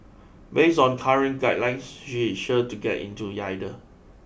based on current guidelines she is sure to get into it either